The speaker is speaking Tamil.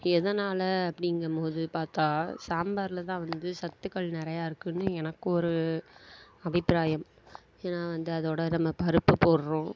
எதனால் அப்டிங்கம்போது பார்த்தா சாம்பாரில் தான் வந்து சத்துக்கள் நிறையா இருக்குதுனு எனக்கு ஒரு அபிப்ராயம் ஏன்னா வந்து அதோடய நம்ம பருப்பு போடுகிறோம்